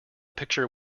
picture